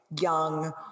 Young